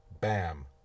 bam